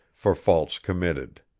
for faults committed.